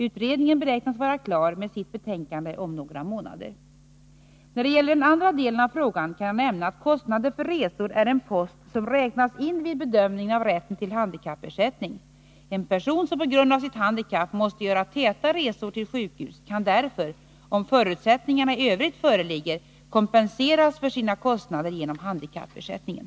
Utredningen beräknas vara klar med sitt betänkande om några månader. När det gäller den andra delen av frågan kan jag nämna att kostnader för resor är en post som räknas in vid bedömningen av rätten till handikappersättning. En person som på grund av sitt handikapp måste göra täta resor till sjukhus kan därför, om förutsättningarna i övrigt föreligger, kompenseras för sina kostnader genom handikappersättningen.